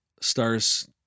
stars